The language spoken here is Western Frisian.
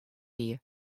wie